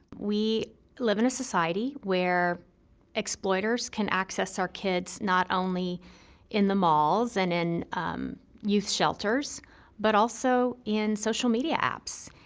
we live in a society where exploiters can access our kids not only in the malls and in youth shelters but also in social media apps.